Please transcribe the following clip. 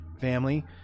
family